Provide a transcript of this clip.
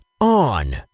On